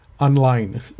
online